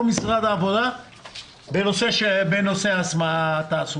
לא במשרד העבודה בנושא התעסוקה.